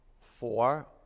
Four